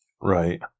Right